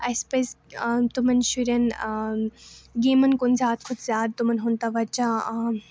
اَسہِ پَزِ تِمَن شُرٮ۪ن گیمَن کُن زیادٕ کھۄتہٕ زیادٕ تِمَن ہُنٛد تَوَجہ